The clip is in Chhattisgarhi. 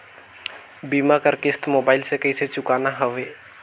बीमा कर किस्त मोबाइल से कइसे चुकाना हवे